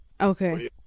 Okay